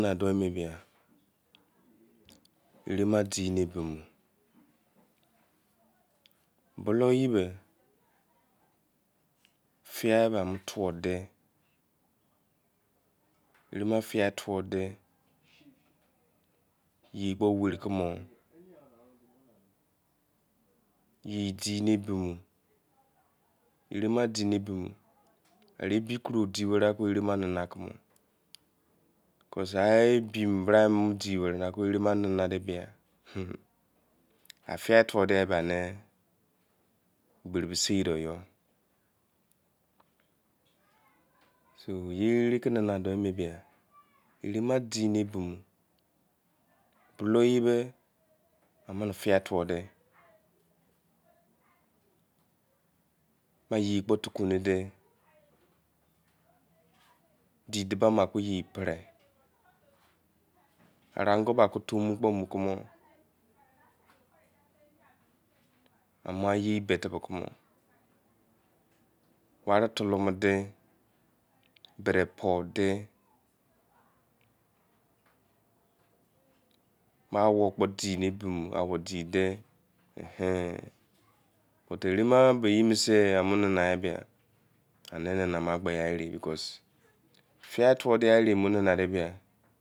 Erenana do bin bia, erena de ne bin mo, buloroye men fia anu tuo deh, aema fia tuo deh yai kpo were kumor a yei di no bo-mor, arin bi di ere mo nanekumor fia duo deh ya bah, gberi sei deh so, erema ke nana to hn bia enen ma tini be amene, fia tuo deh, di du bamor ke ye pre, ware ange ke du ke mukamor, ware folo mor deh bi-de poi-deh akpo di eni ehi nowa